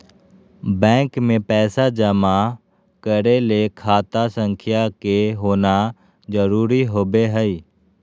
bank मे पैसा जमा करय ले खाता संख्या के होना जरुरी होबय हई